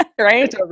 right